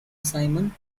simon